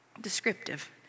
Descriptive